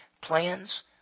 Plans